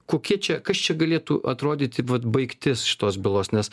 kokia čia kas čia galėtų atrodyti vat baigtis šitos bylos nes